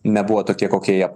nebuvo tokie kokie jie